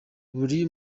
buri